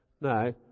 no